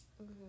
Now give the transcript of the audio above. Okay